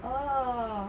oh